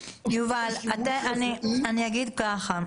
יובל, אני אגיד ככה,